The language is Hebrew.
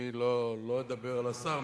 אני לא אדבר על השר,